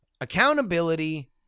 Accountability